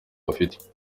afite